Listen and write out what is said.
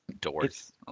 Doors